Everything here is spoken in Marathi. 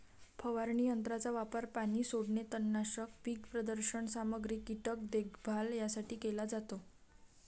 फवारणी यंत्राचा वापर पाणी सोडणे, तणनाशक, पीक प्रदर्शन सामग्री, कीटक देखभाल यासाठी केला जातो